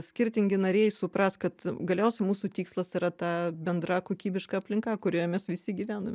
skirtingi nariai supras kad galiausiai mūsų tikslas yra ta bendra kokybiška aplinka kurioje mes visi gyvename